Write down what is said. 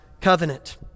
covenant